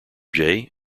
jay